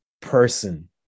person